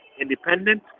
independent